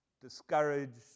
discouraged